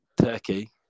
Turkey